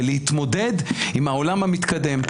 ולהתמודד עם העולם המתקדם.